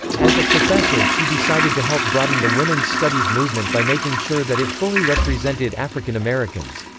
as a professor she decided to help broaden the women's studies movement by making sure that it fully represented african americans.